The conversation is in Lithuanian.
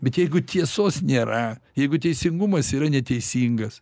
bet jeigu tiesos nėra jeigu teisingumas yra neteisingas